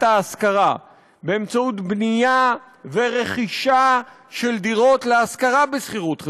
ההשכרה באמצעות בנייה ורכישה של דירות להשכרה בשכירות חברתית.